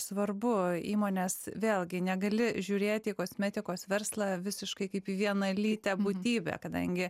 svarbu įmonės vėlgi negali žiūrėti į kosmetikos verslą visiškai kaip vienalytę būtybę kadangi